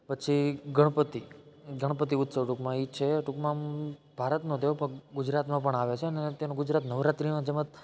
પછી ગણપતિ ગણપતિ ઉત્સવ ટૂંકમાં એ છે ટૂંકમાં ભારતનો છે પણ ગુજરાતમાં પણ આવે છે અને તેનો ગુજરાત નવરાત્રિના જેમ જ